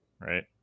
right